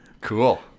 Cool